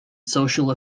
social